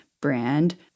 brand